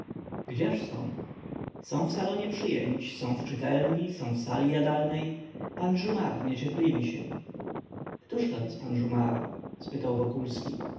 gdzież oni są w salonie przyjęć są w czytelni są w sali jadalnej pan jumart niecierpliwi się któż jest pan jumart spytał wokulski